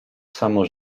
samo